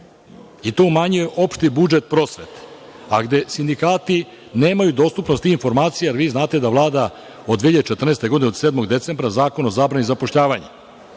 i to umanjuje opšti budžet prosvete, a gde sindikati nemaju dostupnost informacija, jer vi znate da Vlada od 2014. godine, od 7. decembra Zakon o zabrani zapošljavanja.